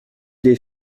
des